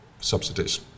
subsidies